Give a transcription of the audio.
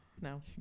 no